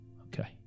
Okay